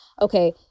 okay